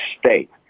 state